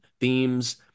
themes